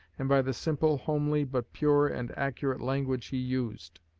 and by the simple, homely, but pure and accurate language he used.